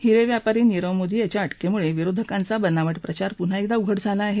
हिरे व्यापारी नीरव मोदी यांच्या अटकेमुळे विरोधकांचा बनावट प्रचार प्न्हा एकदा उघड झाला आहे